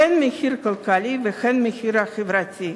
הן מחיר כלכלי והן מחיר חברתי.